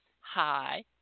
hi